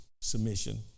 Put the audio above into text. submission